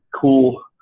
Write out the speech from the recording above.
cool